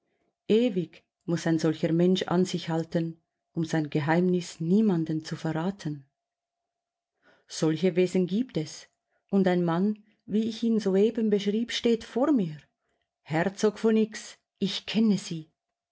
ewig muß ein solcher mensch an sich halten um sein geheimnis niemanden zu verraten solche wesen gibt es und ein mann wie ich ihn soeben beschrieb steht vor mir herzog von x ich kenne sie